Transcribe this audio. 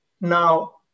now